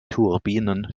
turbinen